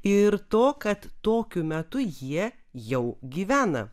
ir to kad tokiu metu jie jau gyvena